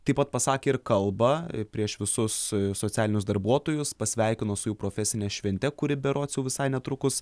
taip pat pasakė ir kalbą prieš visus socialinius darbuotojus pasveikino su jų profesine švente kuri berods jau visai netrukus